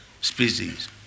species